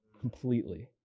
Completely